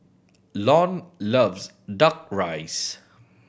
Lon loves Duck Rice